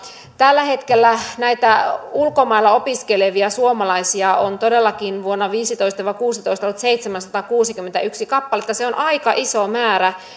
tällä hetkellä näitä ulkomailla opiskelevia suomalaisia on todellakin vuosina viisitoista viiva kuusitoista ollut seitsemänsataakuusikymmentäyksi kappaletta se on aika iso määrä